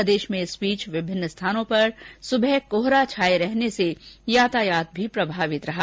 प्रदेश में इस बीच विभिन्न स्थानों पर सुबह कोहरा छाये रहने से यातायात भी प्रभावित रहा